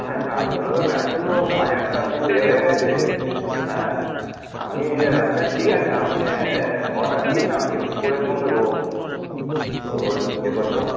হ্যাঁ স্যার আর বলবেন না এখন তো বাজারটা খুব এ হয়ে গিয়েছে হ্যাঁ আমি আচ্ছা ঠিক আছে আপনি অর্ডার দিন না আমি একটু করে কমবে দেবোখন ও এ করতে